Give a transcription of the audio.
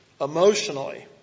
emotionally